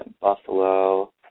Buffalo